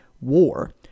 war